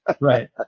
Right